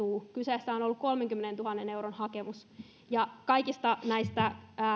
kyseessä on ollut kolmenkymmenentuhannen euron hakemus kaikista näistä